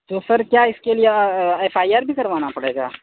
تو سر کیا اس کے لیے ایف آئی آر بھی کروانا پڑے گا